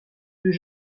deux